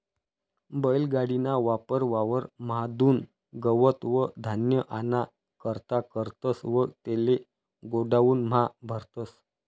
बैल गाडी ना वापर वावर म्हादुन गवत व धान्य आना करता करतस व तेले गोडाऊन म्हा भरतस